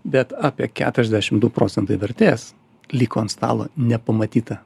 bet apie keturiasdešim du procentai vertės liko ant stalo nepamatyta